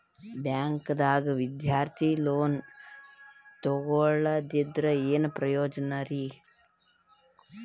ಬ್ಯಾಂಕ್ದಾಗ ವಿದ್ಯಾರ್ಥಿ ಲೋನ್ ತೊಗೊಳದ್ರಿಂದ ಏನ್ ಪ್ರಯೋಜನ ರಿ?